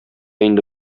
инде